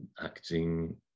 acting